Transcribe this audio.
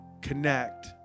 connect